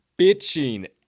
bitching